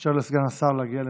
ונאפשר לסגן השר להגיע למקומו.